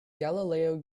galileo